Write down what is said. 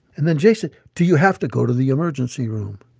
and then jason do you have to go to the emergency room?